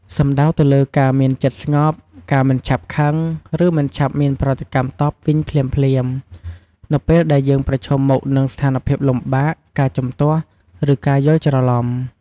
សំដៅទៅលើការមានចិត្តស្ងប់ ការមិនឆាប់ខឹង ឬមិនឆាប់មានប្រតិកម្មតបតវិញភ្លាមៗ នៅពេលដែលយើងប្រឈមមុខនឹងស្ថានភាពលំបាក ការជំទាស់ ឬការយល់ច្រឡំ។